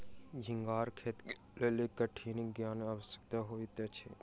झींगाक खेती के लेल कठिनी के ज्ञान आवश्यक होइत अछि